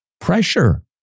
pressure